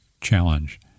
challenge